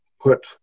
put